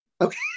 Okay